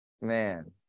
Man